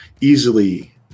easily